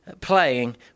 playing